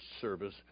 service